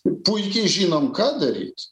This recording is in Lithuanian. puikiai žinom ką daryt